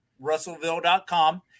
russellville.com